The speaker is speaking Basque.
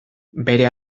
bere